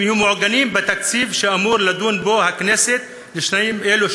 יהיו מעוגנים בתקציב שאמורה לדון בו הכנסת לשנים אלו,